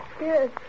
yes